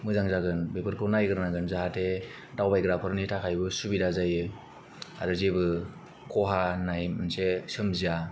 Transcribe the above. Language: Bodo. मोजां जागोन बेफोरखौ नायग्रोनांगोन जाहाथे दावबायग्राफोरनि थाखायबो सुबिदा जायो आरो जेबो खहा होननाय मोनसे सोमजिया